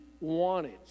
wanted